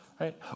right